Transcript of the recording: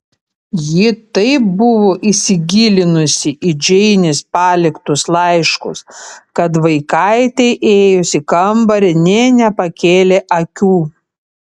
ji taip buvo įsigilinusi į džeinės paliktus laiškus kad vaikaitei įėjus į kambarį nė nepakėlė akių